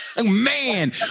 man